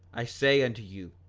i say unto you,